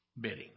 bidding